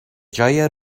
جای